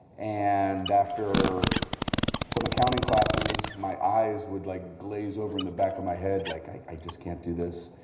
and after some accounting classes, my eyes would like glaze over in the back of my head, like, i just can't do this.